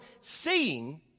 seeing